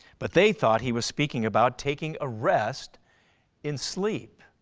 but they thought he was speaking about taking a rest in sleep.